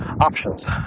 options